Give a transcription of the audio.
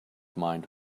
mind